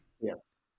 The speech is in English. yes